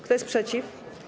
Kto jest przeciw?